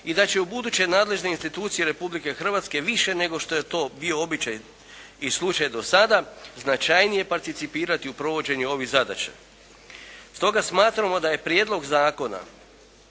I da će ubuduće nadležne institucije Republike Hrvatske više nego što je to bio običaj i slučaj dosada značajnije participirati u provođenju ovih zadaća. Stoga smatramo da je prijedlog zakona